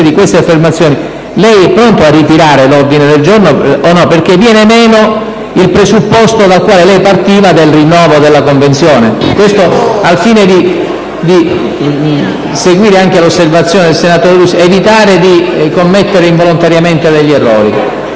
di queste affermazioni, lei è pronto a ritirare l'ordine del giorno? Viene meno il presupposto, dal quale lei partiva, del rinnovo della convenzione. Questo, al fine di seguire anche l'osservazione del senatore Lusi ed evitare di commettere involontariamente degli errori.